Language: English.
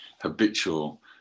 habitual